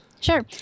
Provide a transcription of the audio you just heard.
Sure